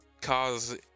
cause